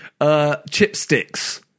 chipsticks